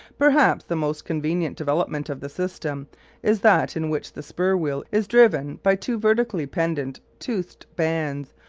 perhaps the most convenient development of the system is that in which the spur-wheel is driven by two vertically pendant toothed bands,